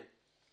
יש עוד הערות?